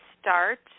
start